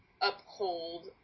uphold